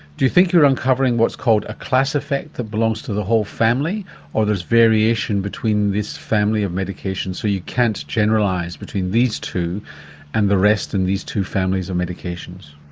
do you think you're uncovering what's called a class effect that belongs to the whole family or there's variation between this family of medication, so you can't generalise between these two and the rest and these two families of medications?